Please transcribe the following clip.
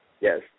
yes